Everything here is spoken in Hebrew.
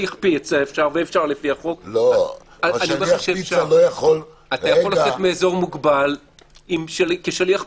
אתה יכול לצאת מאזור מוגבל כשליח פיצה.